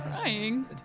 crying